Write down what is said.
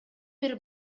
бир